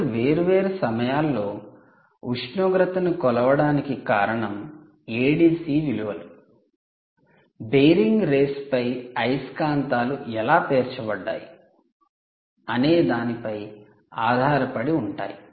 2 వేర్వేరు సమయాల్లో ఉష్ణోగ్రతను కొలవడానికి కారణం ADC విలువలు బేరింగ్ రేస్పై అయస్కాంతాలు ఎలా పేర్చబడ్డాయి అనే దానిపై ఆధారపడి ఉంటాయి